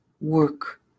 work